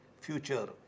future